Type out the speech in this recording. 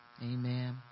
Amen